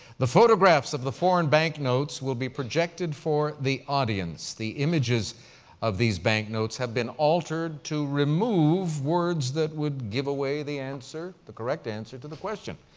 the photographs of the foreign banknotes will be projected for the audience. the images of these banknotes have been altered to remove words that would give away the answer, the correct answer to the question.